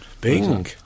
Bing